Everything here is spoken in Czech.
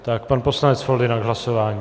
Tak pan poslanec Foldyna k hlasování.